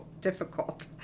difficult